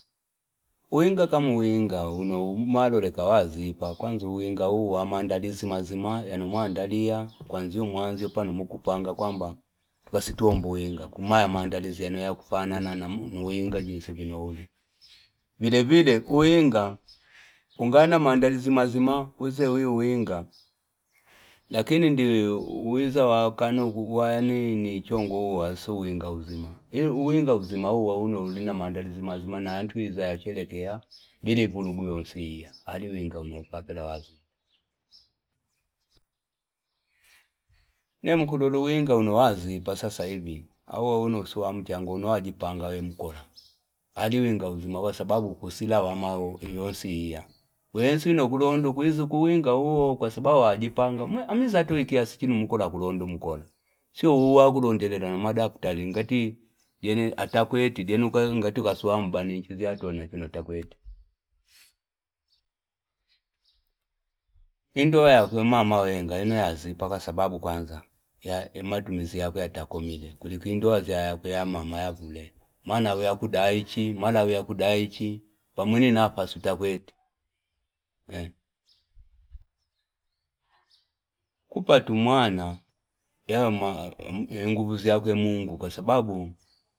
Uwinga kama uwinga, uno, malo reka wazi ipa. Kwanza uwinga uwa mandalizi mazima, yanu mandalia, kwanzi umuanzio panu mukupanga, kwamba tukasituombu uwinga, kumaya mandalizi yanu yakufana na uwinga jisibino uli. Bidebide, uwinga, ungana mandalizi mazima, huze uwinga. Lakini ndiri, huze wakanu, uwa ani nichongo uwa, so uwinga uzima. Uwinga uzima uwa, uno, uli na mandalizi mazima, nanatuhiza yachele kia bide bulugu yonsi iya. Adi uwinga umuupakela wazi ipa. Nemu kululu uwinga uno wazi ipa sa sahibi, awa unosua mchango, unoha jipanga we mkola. Adi uwinga uzima uwa sababu kusila wamao yonsi iya. We nsino kulondo kuizu, kuwinga uwo, kwa sababu wajipanga. Amizato ikiasikini mkola kulondo mkola. Sio uwa kuru njeleda na mada kutari, ngati, jeni ata kuheti, jeni nga tuka swamba, nchizia dono, chino ata kuheti. Indo wazi ya mama wenga, ino ya zipa kasababu kwanza. Ya emadu mzi ya kuheti ata kumile. Kuliki indo wazi ya mma ya kule. Mana wia kuda haichi, mana wia kuda haichi, pamuni nafa, suta kuheti. Kupatumana yama mguvuzi yake mungu kwa sababu